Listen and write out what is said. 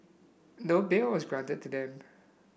no bail was granted to them